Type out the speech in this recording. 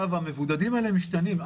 המבודדים האלה משתנים.